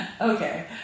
okay